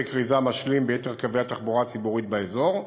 כריזה משלימים ביתר קווי התחבורה הציבורית באזור,